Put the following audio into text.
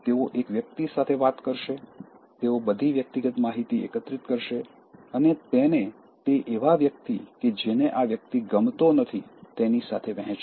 તેઓ એક વ્યક્તિ સાથે વાત કરશે તેઓ બધી વ્યક્તિગત માહિતી એકત્રિત કરશે અને તેને તે એવા વ્યક્તિ કે જેને આ વ્યક્તિ ગમતો નથી તેની સાથે વહેંચશે